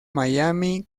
miami